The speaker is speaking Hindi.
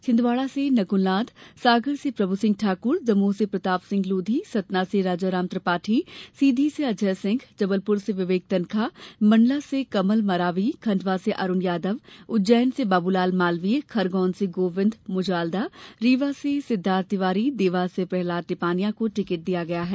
छिंदवाड़ा से नकल नाथ सागर से प्रभूसिंह ठाकुर दमोह से प्रताप सिंह लोधी सतना से राजाराम त्रिपाठी सीधी से अजय सिंह जबलपुर से विवेक तनखा मंडला से कमल मरावी खंडवा से अरूण यादव उज्जैन से बाबूलाल मालवीय खरगोन से गोविंद मुजालदा रीवा से सिद्वार्थ तिवारी देवास से प्रहलाद टिपानिया को टिकट दिया है